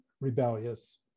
rebellious